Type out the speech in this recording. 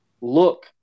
look